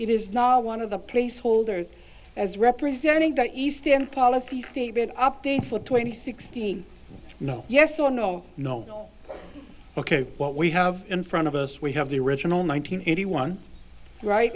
it is knowledge of the placeholders as representing the eastern policy statement update for twenty sixteen no yes or no no ok what we have in front of us we have the original nine hundred eighty one right